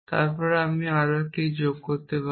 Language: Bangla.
তারপর আমি আরও একটি যোগ করতে পারি